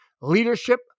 Leadership